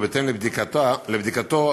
ובהתאם לבדיקתו,